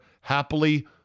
happily